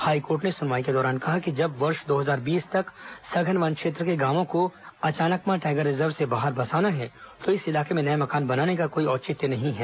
high court ने सुनवाई के दौरान कहा कि जब वर्ष दो हजार बीस तक सघन वन क्षेत्र के गांवों को अचानकमार टाईगर रिजर्व से बाहर बसाना है तो इस इलाके में नये मकान बनाने का कोई औचित्य नहीं है